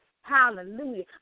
Hallelujah